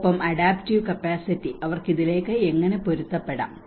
ഒപ്പം adaptive capacity അവർക്ക് ഇതിലേക്ക് എങ്ങനെ പൊരുത്തപ്പെടാം